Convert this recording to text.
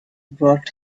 brought